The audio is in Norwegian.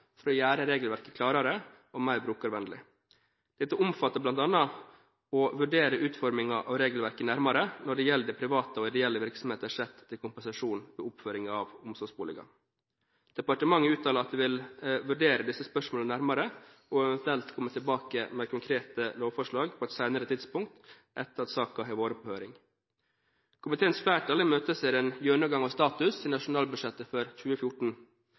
for å gjøre regelverket klarere og mer brukervennlig. Dette omfatter bl.a. å vurdere utformingen av regelverket nærmere når det gjelder private og ideelle virksomheters rett til kompensasjon ved oppføring av omsorgsboliger. Departementet uttaler at det vil vurdere disse spørsmålene nærmere og eventuelt komme tilbake med konkrete lovforslag på et senere tidspunkt, etter at saken har vært på høring. Komiteens flertall imøteser en gjennomgang av status i nasjonalbudsjettet for 2014.